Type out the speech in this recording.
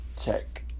check